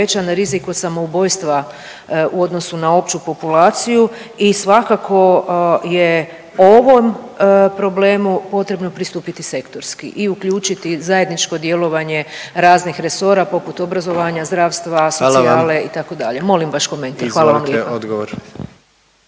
rizik od samoubojstva u odnosu na opću populaciju. I svakako je ovom problemu potrebno pristupiti sektorski i uključiti zajedničko djelovanje raznih resora poput obrazovanja, zdravstva, socijale …/Upadica: Hvala vam./… itd.